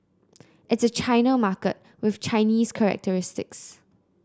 it's a China market with Chinese characteristics